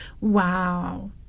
Wow